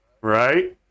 right